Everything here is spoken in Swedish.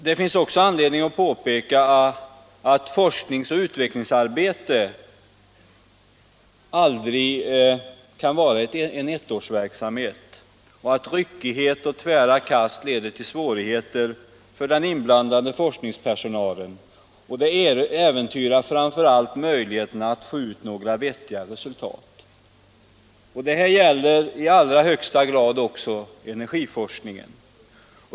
Det finns anledning påpeka att forskningsoch utvecklingsarbete aldrig kan vara någon ettårsverksamhet. Ryckighet och tvära kast leder till svårigheter för den inblandade personalen och äventyrar framför allt möjligheterna att få ut några vettiga resultat. Detta gäller i allra högsta grad också energiforskningen.